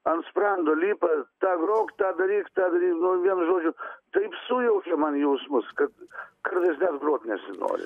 ant sprando lipa tą grok tą daryk tą daryk nu vienu žodžiu taip sujaukia man jausmus kad kartais net grot nesinori